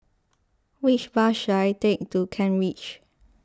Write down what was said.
which bus should I take to Kent Ridge